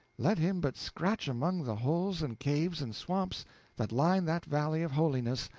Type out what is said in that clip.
let him but scratch among the holes and caves and swamps that line that valley of holiness,